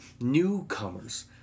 Newcomers